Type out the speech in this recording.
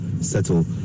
settle